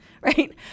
Right